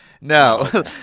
no